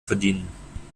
verdienen